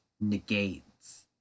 negates